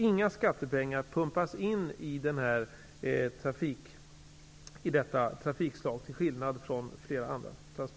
Inga skattepengar pumpas in i detta trafikslag, till skillnad från flera andra. Jag